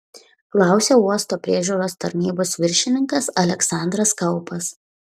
klausė uosto priežiūros tarnybos viršininkas aleksandras kaupas